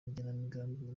n’igenamigambi